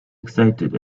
excited